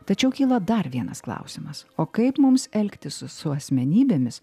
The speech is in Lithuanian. tačiau kyla dar vienas klausimas o kaip mums elgtis su asmenybėmis